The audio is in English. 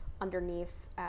underneath